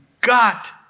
got